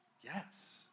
Yes